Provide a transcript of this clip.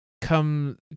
come